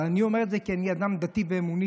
אבל אני אומר את זה כי אני אדם דתי ואמוני,